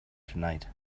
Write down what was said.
tonight